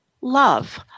love